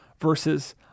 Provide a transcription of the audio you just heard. versus